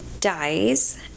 dies